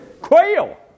Quail